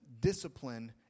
discipline